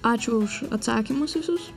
ačiū už atsakymus visus